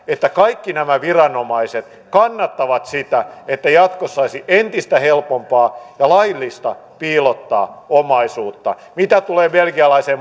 että kaikki nämä viranomaiset kannattavat sitä että jatkossa saisi entistä helpommin ja laillisesti piilottaa omaisuutta mitä tulee belgialaiseen